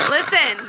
Listen